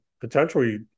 potentially